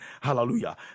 hallelujah